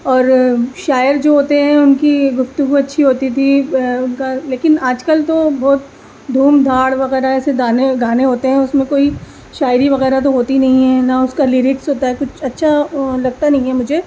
اور شاعر جو ہوتے ہیں ان کی گفتگو اچھی ہوتی تھی ان کا لیکن آج کل تو بہت دھوم دھاڑ وغیرہ سے دانے گانے ہوتے ہیں اس میں کوئی شاعری وغیرہ تو ہوتی نہیں ہے نہ اس کا لیریکس ہوتا ہے کچھ اچھا لگتا نہیں ہے مجھے